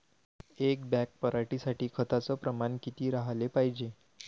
एक बॅग पराटी साठी खताचं प्रमान किती राहाले पायजे?